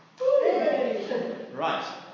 Right